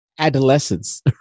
adolescence